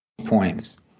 Points